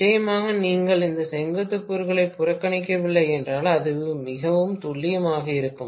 நிச்சயமாக நீங்கள் அந்த செங்குத்து கூறுகளை புறக்கணிக்கவில்லை என்றால் அது மிகவும் துல்லியமாக இருக்கும்